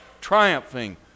triumphing